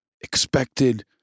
expected